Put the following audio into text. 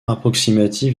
approximative